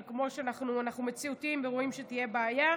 אבל אנחנו מציאותיים ורואים שתהיה בעיה,